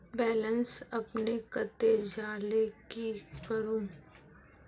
Balance अपने कते जाले की करूम?